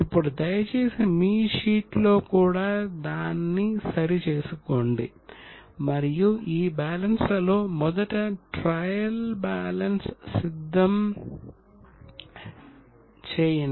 ఇప్పుడు దయచేసి మీ షీట్లో కూడా దాన్ని సరి చేసుకోండి మరియు ఈ బ్యాలెన్స్లతో మొదట ట్రయల్ బ్యాలెన్స్ సిద్ధం చేయండి